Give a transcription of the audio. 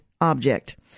object